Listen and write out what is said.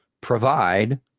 provide